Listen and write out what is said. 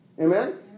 Amen